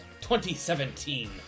2017